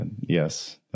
Yes